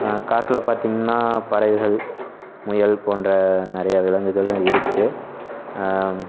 காட்டில் பாத்திங்கனா பறவைகள் முயல் போன்ற நிறைய விலங்குகளும் இருக்குது